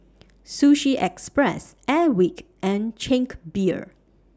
Sushi Express Airwick and Chang Beer